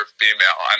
female